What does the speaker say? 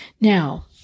Now